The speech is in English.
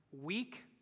weak